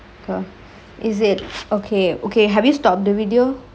is it okay okay have you stop the video